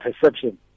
perception